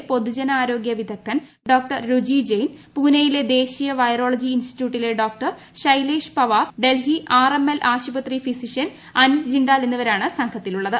കേന്ദ്ര പൊതുജനാരോഗൃ വിദഗ്ധൻ ഡോക്ടർ രുചി ജയ്ൻ പൂനെയിലെ ദേശീയ വൈറോളജി ഇൻസ്റ്റിറ്റ്യൂട്ടിലെ doctor Shailesh Pawar Delhi R M L ആശുപത്രി ഫിസിഷ്യൻ അനിത് ജിൻഡാൽ എന്നിവരാണ് സംഘത്തിലുള്ളത്